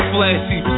Flashy